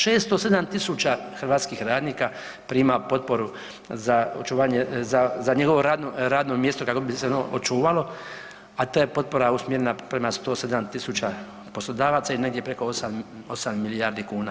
607.000 hrvatskih radnika prima potporu za očuvanje, za njegovo radno mjesto kako bi se ono očuvalo, a ta je potpora usmjerena prema 107.000 poslodavaca i negdje preko 8, 8 milijardi kuna.